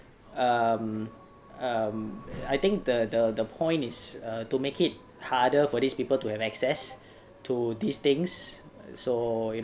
um um I think the the the point is err to make it harder for these people to have access to these things so